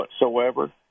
whatsoever